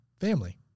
family